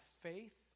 faith